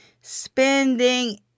Spending